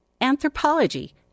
anthropology